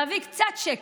להביא קצת שקט,